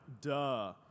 duh